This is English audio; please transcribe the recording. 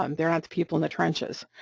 um they're not the people in the trenches,